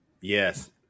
Yes